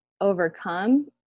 overcome